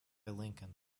lincoln